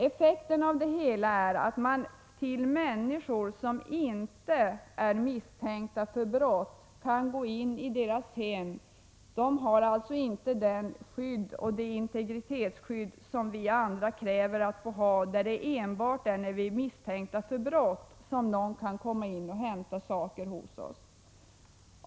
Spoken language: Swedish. Effekten av det hela är att man kan gå in i hemmen hos människor som inte är misstänkta för brott. De har alltså inte det integritetsskydd som vi andra kräver att få ha, vilket innebär att det är enbart när vi är misstänkta för brott som man kan komma in och hämta saker hos oss.